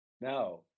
No